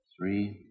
Three